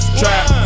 trap